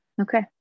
Okay